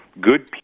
good